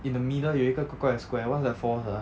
in the middle 有一个怪怪的 square what's that for sia